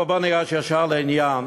אבל בוא ניגש ישר לעניין.